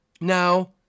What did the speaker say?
Now